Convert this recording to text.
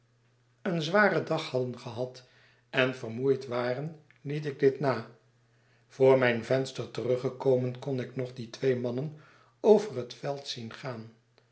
een zwaren dag hadden gehad en vermoeid waren liet ik dit na voor mijn venster teruggekomen kon ik nog die twee mannen over het veld zien gaan